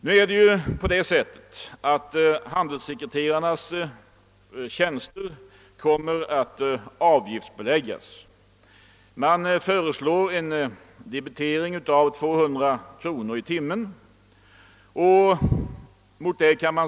Nu skall ju handelssekreterarnas tjänster avgiftsbeläggas. Man föreslår en debitering av 200 kronor per timme.